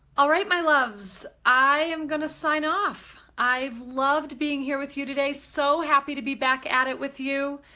alright my loves, i am gonna sign off. i've loved being here with you today. so happy to be back at it with you